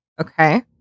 okay